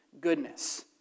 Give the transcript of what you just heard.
goodness